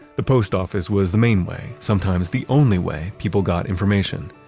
the post office was the main way, sometimes the only way people got information.